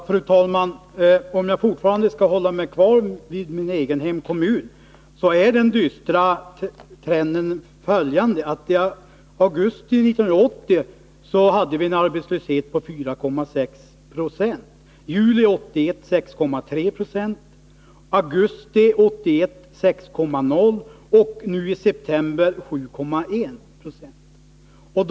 Fru talman! Om jag fortfarande skall uppehålla mig vid min egen hemkommun, är den dystra trenden följande. I augusti 1980 hade vi en arbetslöshet på 4,6 70, i juli 1981 6,3 20, i augusti 1981 6,0 20 och nu i september 7,1 20.